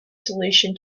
solution